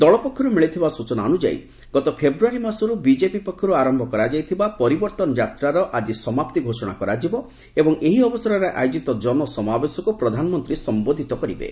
ଦଳପକ୍ଷରୁ ମିଳିଥିବା ସ୍ୱଚନା ଅନୁଯାୟୀ ଗତ ଫେବୃୟାରୀ ମାସରୁ ବିଜେପି ପକ୍ଷରୁ ଆରମ୍ଭ କରାଯାଇଥିବା ପରିବର୍ତ୍ତନ ଯାତ୍ରାର ଆଜି ସମାପ୍ତି ଘୋଷଣା କରାଯିବ ଏବଂ ଏହି ଅବସରରେ ଆୟୋଜିତ କନସମାବେଶକୁ ପ୍ରଧାନମନ୍ତ୍ରୀ ସମ୍ବୋଧିତ କରିବେ